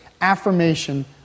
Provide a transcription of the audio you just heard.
affirmation